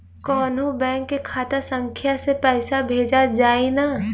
कौन्हू बैंक के खाता संख्या से पैसा भेजा जाई न?